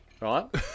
right